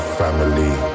family